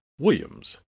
williams